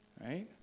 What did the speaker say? Right